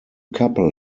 couple